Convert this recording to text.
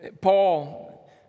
Paul